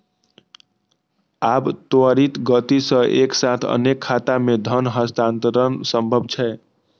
आब त्वरित गति सं एक साथ अनेक खाता मे धन हस्तांतरण संभव छै